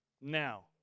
now